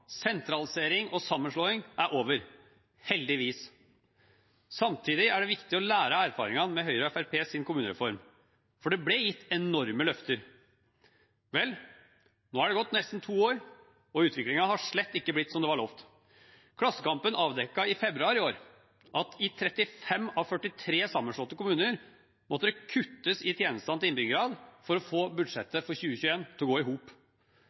sentralisering og sammenslåing er over – heldigvis. Samtidig er det viktig å lære av erfaringene med Høyre og Fremskrittspartiets kommunereform, for det ble gitt enorme løfter. Vel, nå er det gått nesten to år og utviklingen har slett ikke blitt slik det var lovet. Klassekampen avdekket i februar i år at i 35 av 43 sammenslåtte kommuner måtte det kuttes i tjenestene til innbyggerne for å få budsjettet for 2021 til å gå i hop.